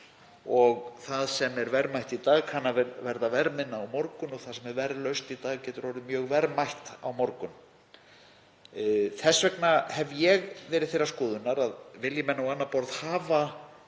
Það sem er verðmætt í dag kann að verða verðminna á morgun og það sem er verðlaust í dag getur orðið mjög verðmætt á morgun. Þess vegna hef ég verið þeirrar skoðunar að vilji menn á annað borð hafa